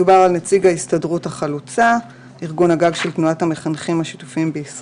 נציג ההסתדרות הכללית של העובדים העבריים בארץ